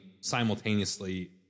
simultaneously